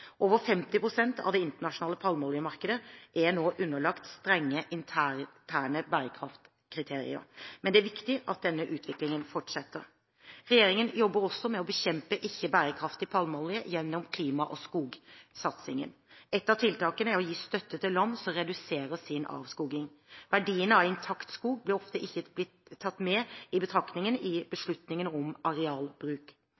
Over 50 pst. av det internasjonale palmeoljemarkedet er nå underlagt strenge interne bærekraftkriterier. Men det er viktig at denne utviklingen fortsetter. Regjeringen jobber også med å bekjempe ikke bærekraftig palmeolje gjennom klima- og skogsatsingen. Ett av tiltakene er å gi støtte til land som reduserer sin avskoging. Verdien av intakt skog blir ofte ikke tatt med i betraktningen i